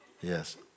Yes